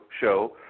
show